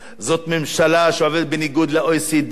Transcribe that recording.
זאת ממשלה שעובדת בניגוד ל-OECD,